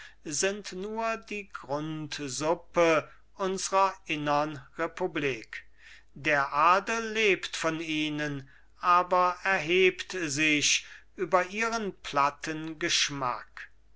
sind nur die grundsuppe unsrer innern republik der adel lebt von ihnen aber erhebt sich über ihren platten geschmack